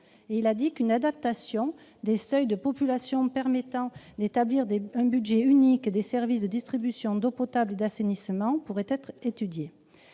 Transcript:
précisé qu'« une adaptation des seuils de population permettant d'établir un budget unique des services de distribution d'eau potable et d'assainissement pourrait être étudiée